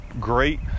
great